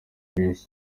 benshi